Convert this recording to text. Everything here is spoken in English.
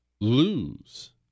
lose